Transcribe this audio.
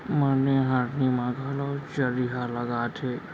मरनी हरनी म घलौ चरिहा लागथे